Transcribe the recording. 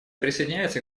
присоединяется